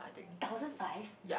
thousand five